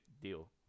deal